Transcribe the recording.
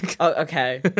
Okay